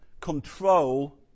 control